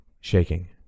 Shaking